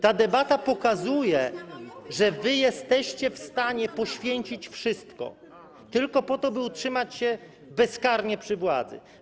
Ta debata pokazuje, że wy jesteście w stanie poświęcić wszystko tylko po to, by utrzymać się bezkarnie przy władzy.